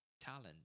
talent